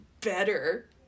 better